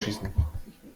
schießen